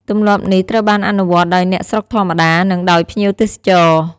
ទម្លាប់នេះត្រូវបានអនុវត្តដោយអ្នកស្រុកធម្មតា និងដោយភ្ញៀវទេសចរ។